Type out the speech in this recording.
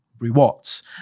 rewards